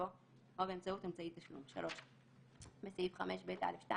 יבוא "או באמצעות אמצעי תשלום"; (3)בסעיף 5ב(א)(2),